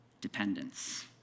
dependence